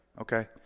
Okay